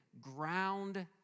ground